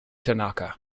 tanaka